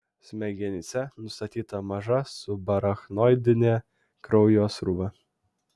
smegenyse nustatyta maža subarachnoidinė kraujosruva